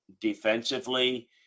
defensively